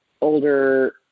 older